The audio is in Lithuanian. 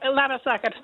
labas vakaras